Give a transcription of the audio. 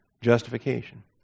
justification